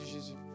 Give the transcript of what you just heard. Jesus